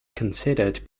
considered